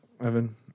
Evan